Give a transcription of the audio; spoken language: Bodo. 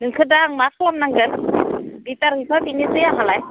नोंखो दा आं मा खालामनांगोन हैथारहैफिननोसै होमब्लालाय आंलाय